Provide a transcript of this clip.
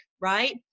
right